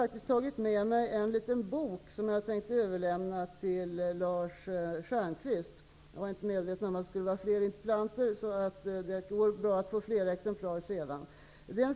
Jag har tagit med mig en liten bok, som jag tänker överlämna till Lars Stjernkvist. Jag var inte medveten om att det skulle vara flera deltagare i debatten. Men det går bra att få fler exemplar senare.